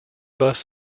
bus